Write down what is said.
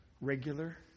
regular